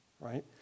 right